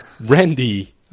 Randy